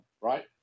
right